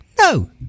No